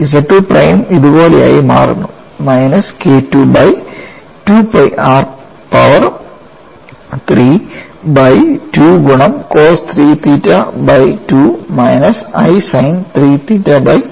ZII prime ഇതുപോലെയായി മാറുന്നു minus KII by 2 pi r power 3 by 2 ഗുണം cos 3 theta by 2 minus i sine 3 theta by 2